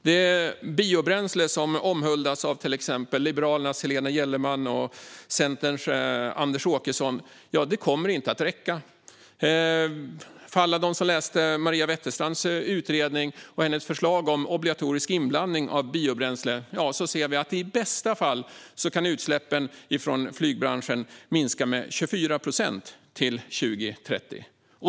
Det biobränsle som omhuldas av exempelvis Liberalernas Helena Gellerman och Centerns Anders Åkesson kommer inte att räcka. Maria Wetterstrand föreslog i sin utredning obligatorisk inblandning av biobränsle, men vi kan se att detta i bästa fall kan minska utsläppen från flygbranschen med 24 procent till 2030.